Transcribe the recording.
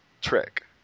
trick